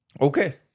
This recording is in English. Okay